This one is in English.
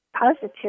positive